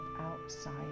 outside